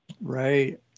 Right